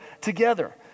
Together